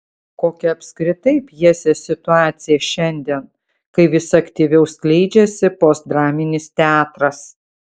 kokia apskritai pjesės situacija šiandien kai vis aktyviau skleidžiasi postdraminis teatras